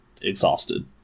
exhausted